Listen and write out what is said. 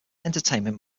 entertainment